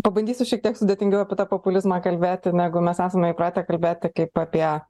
pabandysiu šiek tiek sudėtingiau apie tą populizmą kalbėti negu mes esame įpratę kalbėti kaip apie